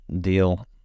deal